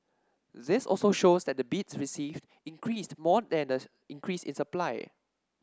this also shows that the bids received increased more than the increase in supply